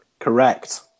Correct